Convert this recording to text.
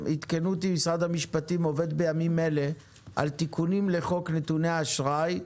עדכנו אותי משרד המשפטים עובד בימים אלה על תיקונים לחוק נתוני אשראי,